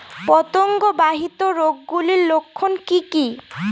পতঙ্গ বাহিত রোগ গুলির লক্ষণ কি কি?